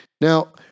Now